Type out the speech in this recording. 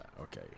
Okay